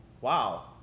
Wow